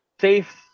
Safe